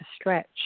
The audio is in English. stretch